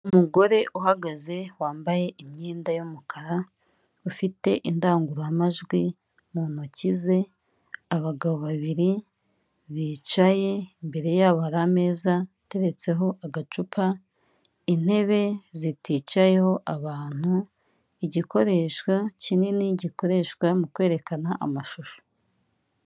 Umugore uhagaze wambaye imyenda y'umukara, ufite indangururamajwi mu ntoki ze, abagabo babiri bicaye imbere yabo hari ameza ateretseho agacupa, intebe ziticayeho abantu, igikoresho kinini gikoreshwa mu kwerekana amashusho.